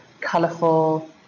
colourful